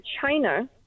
china